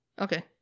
Okay